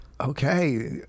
Okay